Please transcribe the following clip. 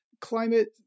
climate